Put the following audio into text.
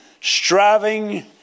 striving